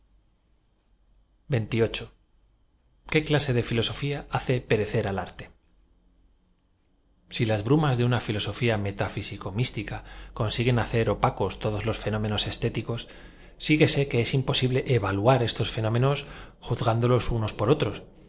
luz clase de filosofia hace perecer al arfe si las bramas de una filosofía metaíísico mlstica consiguen hacer opacos todos los fenómenos estéticos síguese que es imposible evaluar estos fenómenos juz gándolos unos por otros